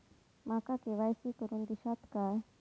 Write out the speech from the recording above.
माका के.वाय.सी करून दिश्यात काय?